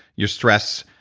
your stress,